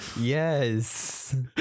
Yes